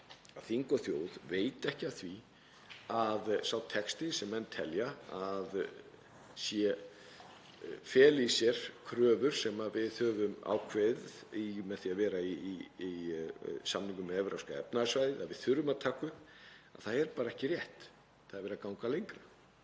þing og þjóð veit ekki af því að sá texti sem menn telja að feli í sér kröfur sem við höfum ákveðið, með því að vera í samningnum um Evrópska efnahagssvæðið, að við þurfum að taka upp — það er bara ekki rétt. Það er verið að ganga lengra.